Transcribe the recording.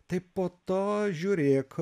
tai po to žiūrėk